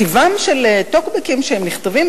טיבם של טוקבקים הוא שהם נכתבים,